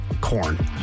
corn